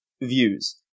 views